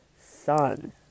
son